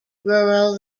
rural